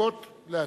המפלגות לעדכן?